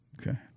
Okay